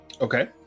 Okay